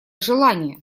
желание